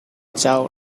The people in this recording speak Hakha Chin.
cauk